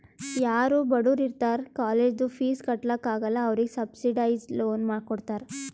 ಯಾರೂ ಬಡುರ್ ಇರ್ತಾರ ಕಾಲೇಜ್ದು ಫೀಸ್ ಕಟ್ಲಾಕ್ ಆಗಲ್ಲ ಅವ್ರಿಗೆ ಸಬ್ಸಿಡೈಸ್ಡ್ ಲೋನ್ ಕೊಡ್ತಾರ್